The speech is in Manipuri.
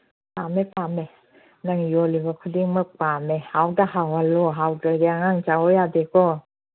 ꯄꯥꯝꯃꯦ ꯄꯥꯝꯃꯦ ꯅꯪ ꯌꯣꯜꯂꯤꯕ ꯈꯨꯗꯤꯡꯃꯛ ꯄꯥꯝꯃꯦ ꯍꯥꯎꯗ ꯍꯥꯎꯍꯜꯂꯨ ꯌꯥꯎꯇ꯭ꯔꯗꯤ ꯑꯉꯥꯡ ꯆꯥꯎ ꯌꯥꯗꯦꯀꯣ